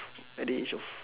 at the age of